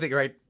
like right?